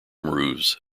roofs